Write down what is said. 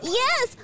yes